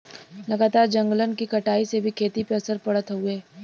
लगातार जंगलन के कटाई से भी खेती पे असर पड़त हउवे